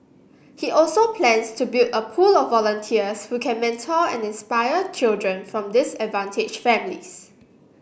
he also plans to build a pool of volunteers who can mentor and inspire children from disadvantage families